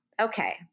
Okay